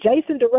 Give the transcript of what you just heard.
Jason